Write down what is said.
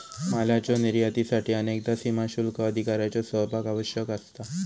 मालाच्यो निर्यातीसाठी अनेकदा सीमाशुल्क अधिकाऱ्यांचो सहभाग आवश्यक असता